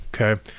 Okay